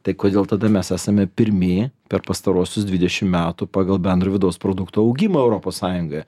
tai kodėl tada mes esame pirmi per pastaruosius dvidešim metų pagal bendro vidaus produkto augimą europos sąjungoje